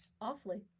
awfully